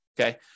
Okay